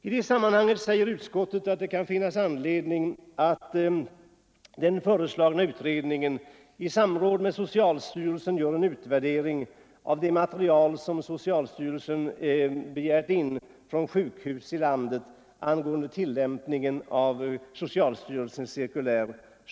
I det sammanhanget säger utskottet att det kan finnas anledning för den föreslagna utredningen att i samråd med socialstyrelsen göra en utvärdering av det material som socialstyrelsen har begärt in från sjukhus i landet rörande tillämpningen av nämnda socialstyrelsecirkulär.